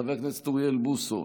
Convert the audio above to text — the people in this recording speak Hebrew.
חבר הכנסת אוריאל בוסו,